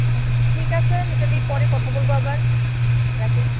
একদম ঠিক আছে মিতা দি পরে কথা বলবো আবার রাখি